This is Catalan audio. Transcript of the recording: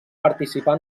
participar